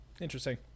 Interesting